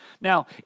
Now